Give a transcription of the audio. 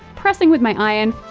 pressing with my iron.